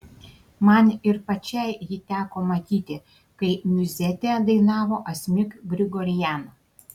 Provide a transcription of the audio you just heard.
man ir pačiai jį teko matyti kai miuzetę dainavo asmik grigorian